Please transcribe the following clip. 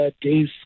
days